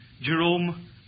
Jerome